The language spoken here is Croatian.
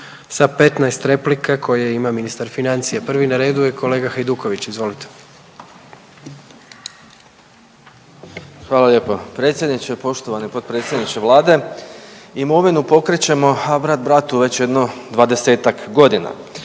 sa 15 replika koje ima ministar financija. Prvi na redu je kolega Hajduković. Izvolite. **Hajduković, Domagoj (Nezavisni)** Hvala lijepa predsjedniče, poštovani potpredsjedniče Vlade, imovinu pokrećemo, a brat bratu već jedno 20-tak godina.